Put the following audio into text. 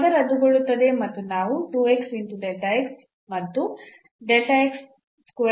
ಈ ಪದ ರದ್ದುಗೊಳ್ಳುತ್ತದೆ ಮತ್ತು ನಾವು ಮತ್ತು ಅನ್ನು ಪಡೆಯುತ್ತೇವೆ